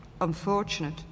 unfortunate